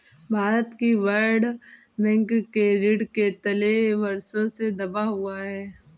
भारत भी World Bank के ऋण के तले वर्षों से दबा हुआ है